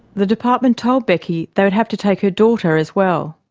the department told becky they would have to take her daughter as well.